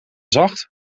zacht